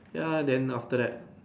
ya then after that